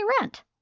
rent